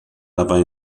dabei